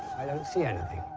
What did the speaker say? i don't see anything.